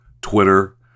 Twitter